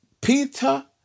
Peter